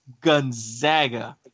Gonzaga